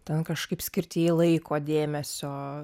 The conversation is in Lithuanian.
ten kažkaip skirti jai laiko dėmesio